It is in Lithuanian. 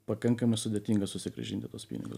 pakankamai sudėtinga susigrąžinti tuos pinigus